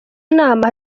nama